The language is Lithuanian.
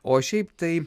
o šiaip tai